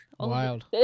Wild